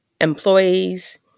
employees